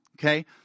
okay